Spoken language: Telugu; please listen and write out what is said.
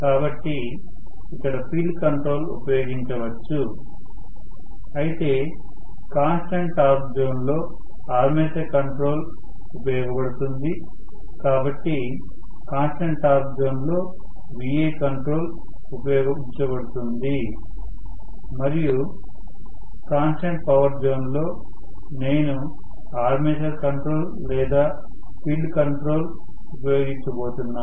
కాబట్టి ఇక్కడ ఫీల్డ్ కంట్రోల్ ఉపయోగించబడవచ్చు అయితే కాన్స్టెంట్ టార్క్ జోన్ లో ఆర్మేచర్ కంట్రోల్ ఉపయోగించబడుతుంది కాబట్టి కాన్స్టెంట్ టార్క్ జోన్ లో Va కంట్రోల్ ఉపయోగించబడుతుంది మరియు కాన్స్టెంట్ పవర్ జోన్లో నేను ఆర్మేచర్ కంట్రోల్ లేదా ఫీల్డ్ కంట్రోల్ ఉపయోగించబోతున్నాను